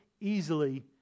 easily